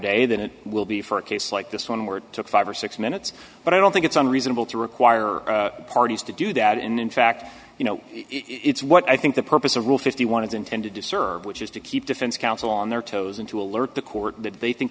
day than it will be for a case like this one word took five or six minutes but i don't think it's unreasonable to require parties to do that and in fact you know it's what i think the purpose of rule fifty one is intended to serve which is to keep defense counsel on their toes and to alert the court that they think